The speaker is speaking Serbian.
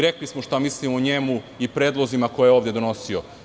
Rekli smo šta mislimo o njemu i predlozima koje je ovde donosio.